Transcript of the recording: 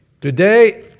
today